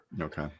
Okay